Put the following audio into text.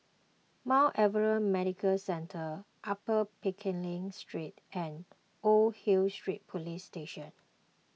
Mount Alvernia Medical Centre Upper Pickering Street and Old Hill Street Police Station